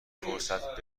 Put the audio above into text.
فرصت